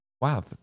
wow